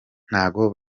ntago